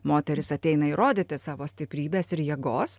moterys ateina įrodyti savo stiprybės ir jėgos